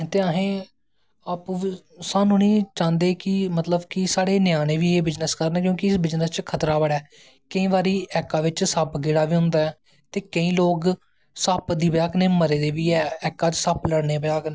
ते स्हानू नी चांह्दे कि मतलव कि साढ़े ञ्यानें बी एह् बिज़नस करन क्योंकि इस बिज़नस बिच्च खतरा बड़ा ऐ कोेंई बारी ऐका बिच सप्प कीड़ा बी होंदा ऐ ते केंई लोग सप्प दी बज़ाह् कन्नै मरे दे बी ऐं ऐका च सप्प लड़ने दी बज़ह् कन्नै